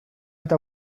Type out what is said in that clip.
eta